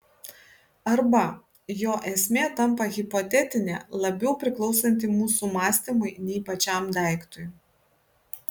arba jo esmė tampa hipotetinė labiau priklausanti mūsų mąstymui nei pačiam daiktui